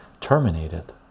terminated